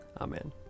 Amen